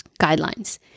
guidelines